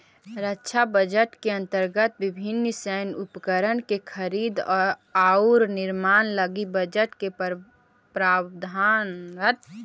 रक्षा बजट के अंतर्गत विभिन्न सैन्य उपकरण के खरीद औउर निर्माण लगी बजट के प्रावधान कईल जाऽ हई